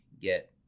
get